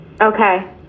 Okay